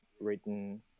written